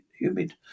humid